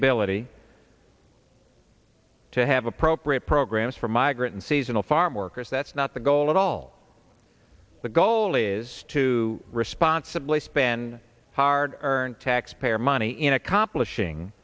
ability to have appropriate programs for migrant and seasonal farm workers that's not the goal at all the goal is to responsibly span hard earned taxpayer money in accomplishing